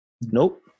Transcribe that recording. Nope